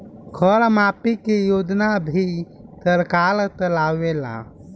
कर माफ़ी के योजना भी सरकार चलावेला